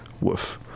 Woof